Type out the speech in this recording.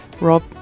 Rob